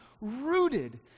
rooted